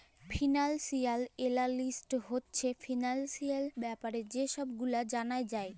financial analyst হছে financial ব্যাপারে যে ছব গুলা জালায় দেই